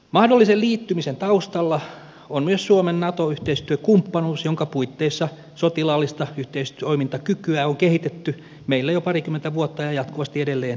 mahdollisen liittymisen taustalla on myös suomen nato yhteistyökumppanuus jonka puitteissa sotilaallista yhteistoimintakykyä on kehitetty meillä jo parikymmentä vuotta ja jatkuvasti edelleen ke hitetään